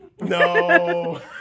No